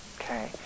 Okay